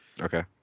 Okay